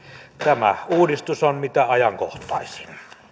tämä uudistus on mitä ajankohtaisin